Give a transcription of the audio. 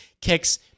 kicks